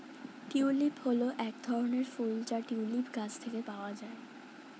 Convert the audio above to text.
tulip হল এক ধরনের ফুল যা টিউলিপ গাছ থেকে পাওয়া যায়